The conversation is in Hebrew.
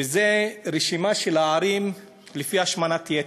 וזה רשימה של הערים לפי השמנת יתר.